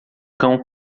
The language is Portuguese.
cão